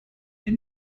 der